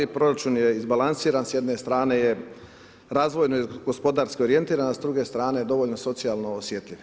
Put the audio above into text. Proračun je izbalansiran, s jedne strane je razvojno gospodarski orijentiran, a s druge strane, dovoljno socijalno osjetljiv.